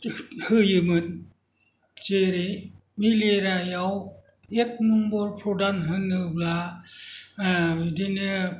होयोमोन जेरै मेलेरियाआव एक नाम्बार प्रधान होनोब्ला बिदिनो